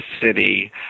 city